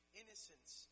innocence